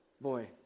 boy